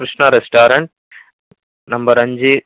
Krishna restaurant number அஞ்சு